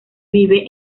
vive